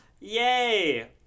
Yay